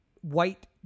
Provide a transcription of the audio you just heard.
white